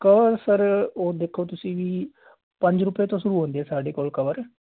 cover sir ਉਹ ਦੇਖੋ ਤੁਸੀਂ ਵੀ ਪੰਜ ਰੁਪਏ ਤੋਂ ਸ਼ੁਰੂ ਹੁੰਦੇ ਆ ਸਾਡੇ ਕੋਲ ਕਵਰ